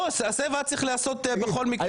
לא הסבב היה צריך להיעשות בכל מקרה.